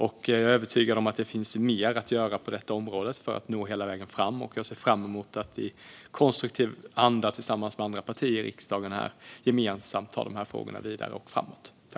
Jag är övertygad om att det finns mer att göra på detta område för att nå hela vägen fram, och jag ser fram emot att i konstruktiv anda tillsammans med andra partier här i riksdagen ta dessa frågor vidare och framåt.